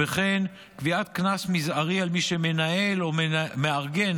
וכן קביעת קנס מזערי על מי שמנהל או מארגן